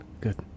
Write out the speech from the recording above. Good